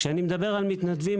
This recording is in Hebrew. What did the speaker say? כשאני מדבר על מתנדבים,